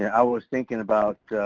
i was thinking about